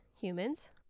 humans